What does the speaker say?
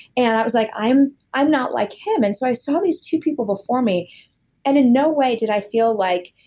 and i was like, i'm i'm not like him and so i saw these two people before me and in no way did i feel like.